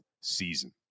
season